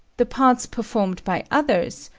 the parts performed by others,